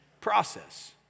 process